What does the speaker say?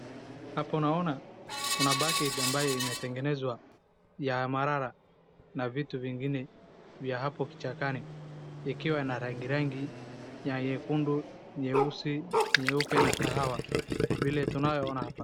Hapo naona kuna bucket ambayo imetengenezwa ya marara na vitu vingine vya hapo kichakani. Ikiwa na rangi rangi ya nyekundu, nyeusi, nyeupe na kahawa vile tunayo ona hapa.